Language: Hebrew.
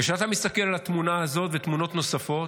כשאתה מסתכל על התמונה הזאת ותמונות נוספות,